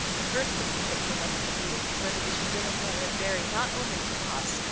the first business that came up at the meeting, was whether we should dig a hole and bury, not only tammas,